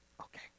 Okay